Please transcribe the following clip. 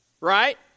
right